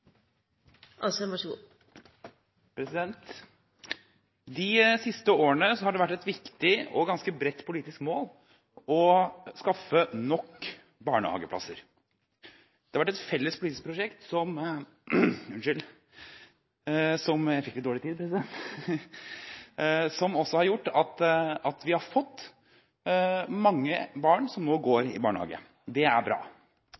Asheim. De siste årene har det vært et viktig og ganske bredt politisk mål å skaffe nok barnehageplasser. Det har vært et felles politisk prosjekt som har gjort at det nå er mange barn som går i barnehage. Det er bra.